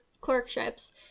clerkships